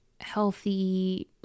healthy